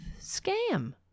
scam